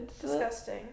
Disgusting